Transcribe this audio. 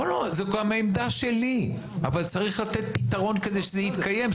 זו גם עמדה שלי אבל צריך לתת פתרון כדי שזה יתקיים.